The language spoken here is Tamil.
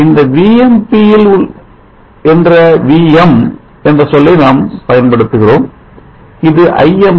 இந்த Vmp யில் என்ற Vm என்ற சொல்லை நாம் பயன்படுத்துகிறோம் இது Imp